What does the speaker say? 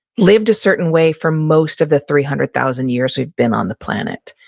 lived a certain way for most of the three hundred thousand years we've been on the planet.